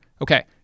okay